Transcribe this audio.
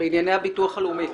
ובענייני הביטוח הלאומי.